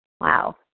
Wow